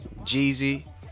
Jeezy